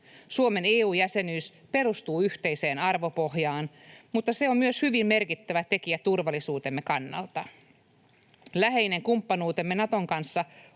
Suomen EU-jäsenyys perustuu yhteiseen arvopohjaan, mutta se on myös hyvin merkittävä tekijä turvallisuutemme kannalta. Läheinen kumppanuutemme Naton kanssa